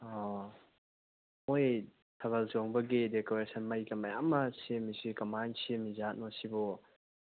ꯑꯣ ꯃꯣꯏ ꯊꯥꯕꯜ ꯆꯣꯡꯕꯒꯤ ꯗꯦꯀꯣꯔꯦꯁꯟ ꯃꯩꯒ ꯃꯌꯥꯝꯃ ꯁꯦꯝꯃꯤꯁꯦ ꯀꯃꯥꯏꯅ ꯁꯦꯝꯃꯤꯖꯥꯠꯅꯣ ꯑꯁꯤꯕꯣ